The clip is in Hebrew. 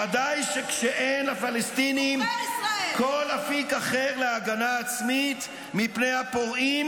-- ודאי כשאין לפלסטינים כל אפיק אחר להגנה עצמית מפני הפורעים